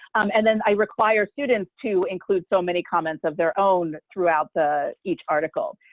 and then i require students to include so many comments of their own throughout the each article.